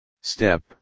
Step